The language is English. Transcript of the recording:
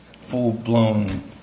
full-blown